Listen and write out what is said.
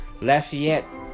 Lafayette